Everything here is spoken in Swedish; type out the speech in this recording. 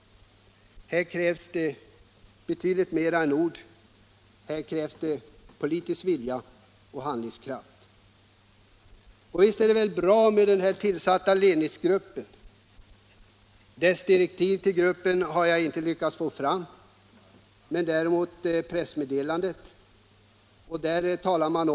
Här krävs det betydligt mera än ord — här krävs det politisk vilja och handlingskraft. Visst är det bra med den tillsatta ledningsgruppen. Direktiven till gruppen har jag inte tillgång till, men jag har däremot lyckats få fram de uppgifter om dessa som lämnats i ett pressmeddelande.